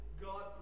God